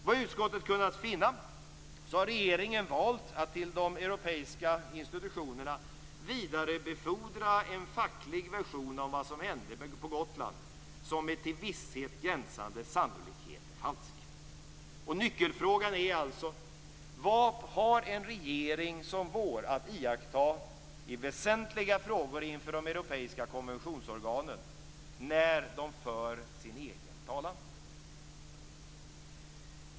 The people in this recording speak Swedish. Vad utskottet har kunna finna har regeringen valt att till de europeiska institutionerna vidarebefordra en facklig version av vad som hände på Gotland, som med till visshet gränsande sannolikhet är falsk. Nyckelfrågan är alltså: Vad har en regering som vår att iaktta i väsentliga frågor inför de europeiska konventionsorganen när de för sin egen talan?